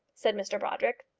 said mr brodrick.